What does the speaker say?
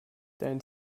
dein